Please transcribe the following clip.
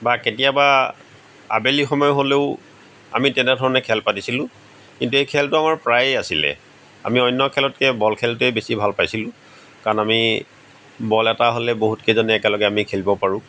বা কেতিয়াবা আবেলি সময় হ'লেও আমি তেনেধৰণে খেল পাতিছিলো কিন্তু এই খেলটো আমাৰ প্ৰায়ে আছিলে আমি অন্য খেলতকৈ বল খেলটোৱে বেছি ভাল পাইছিলো কাৰণ আমি বল এটা হ'লে বহুত কেইজনে একেলগে আমি খেলিব পাৰো